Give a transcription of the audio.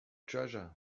treasure